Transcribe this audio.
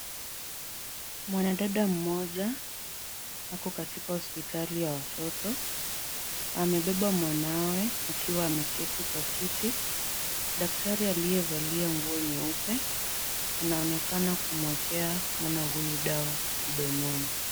Mwanadada mmoja ako katika hospitali ya watoto. Amebeba mwanawe akiwa ameketi kwa kiti. Daktari aliyevalia nguo nyeupe anaonekana kumuekea mwana huyu dawa mdomoni.